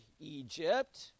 Egypt